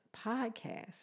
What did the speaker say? podcast